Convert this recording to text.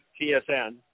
TSN